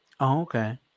Okay